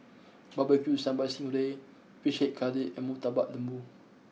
Barbecue Sambal Sting Ray Fish Head Curry and Murtabak Lembu